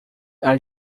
are